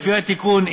לפי התיקון,